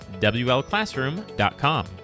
WLClassroom.com